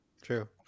true